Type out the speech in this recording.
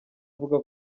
avuga